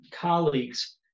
colleagues